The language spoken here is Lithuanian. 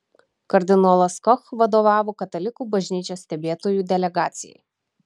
kardinolas koch vadovavo katalikų bažnyčios stebėtojų delegacijai